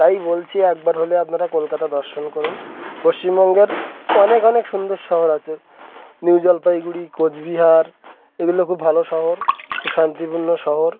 তাই বলছি একবার হলে আপনারা কলকাতা দর্শন করুন পশ্চিমবঙ্গের অনেক অনেক সুন্দর শহর আছে নিউ জলপাইগুড়ি কোচবিহার এগুলো খুব ভালো শহর খুব শান্তিপূর্ণ শহর